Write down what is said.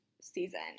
season